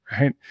right